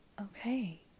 okay